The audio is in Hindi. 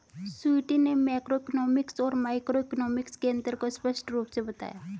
स्वीटी ने मैक्रोइकॉनॉमिक्स और माइक्रोइकॉनॉमिक्स के अन्तर को स्पष्ट रूप से बताया